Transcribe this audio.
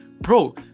Bro